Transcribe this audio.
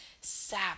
sap